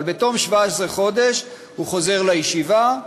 אבל בתום 17 חודש הוא חוזר לישיבה,